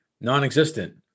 non-existent